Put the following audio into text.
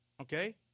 Okay